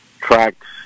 tracks